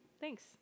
Thanks